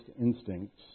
instincts